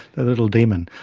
the little demon.